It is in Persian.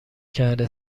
کرده